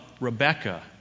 Rebecca